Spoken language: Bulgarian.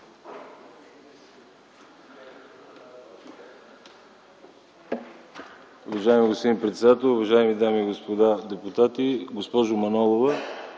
Уважаеми господин председател, уважаеми дами и господа депутати! Госпожо Манолова,